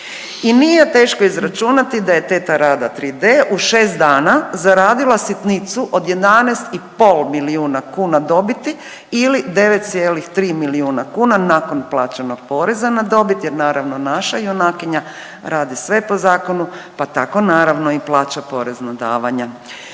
I nije teško izračunati da je teta Rada 3D u šest dana zaradila sitnicu od 11,5 milijuna kuna dobiti ili 9,3 milijuna kuna nakon plaćenog poreza na dobit jer naravno naša junakinja radi sve po zakonu pa tako naravno i plaća porez na davanja.